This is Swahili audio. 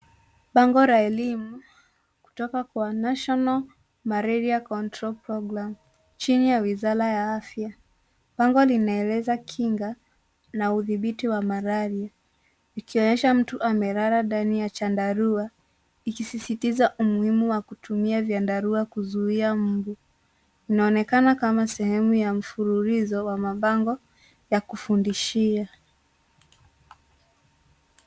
Bango la elimu kutoka kwa National Malaria Control Program chini ya wizara ya afya. Bango linaeleza kinga na udhibiti wamaradhi, ikionyesha mtu amelala ndani ya chandarua. Ikisisitiza umuhimu wa kutumia vyandarua kuzuia mbu. Unaonekana kama sehemu ya mfululizo wa mabango ya kufundishia.